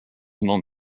non